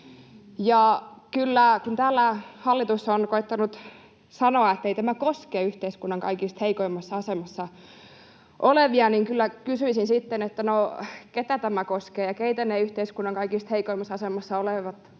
Kun täällä hallitus on koettanut sanoa, ettei tämä koske yhteiskunnan kaikista heikoimmassa asemassa olevia, niin kyllä kysyisin sitten, ketä tämä koskee ja keitä ne yhteiskunnan kaikista heikoimmassa asemassa olevat ovat,